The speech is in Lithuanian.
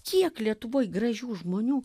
kiek lietuvoj gražių žmonių